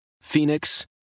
Phoenix